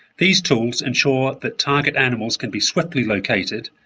these tools ensure that target animals can be swiftly located,